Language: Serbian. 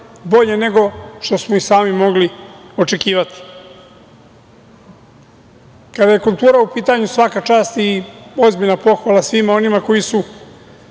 bolje nego što smo i sami mogli očekivati. Kada je kultura u pitanju, svaka čast i ozbiljna pohvala svima onima koji su